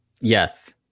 Yes